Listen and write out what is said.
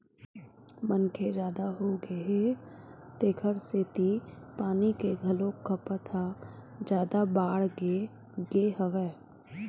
मनखे जादा होगे हे तेखर सेती पानी के घलोक खपत ह जादा बाड़गे गे हवय